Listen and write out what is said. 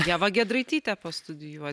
ievą giedraitytę pastudijuoti